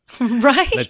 Right